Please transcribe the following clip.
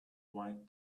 white